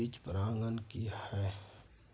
बीज प्रमाणन की हैय?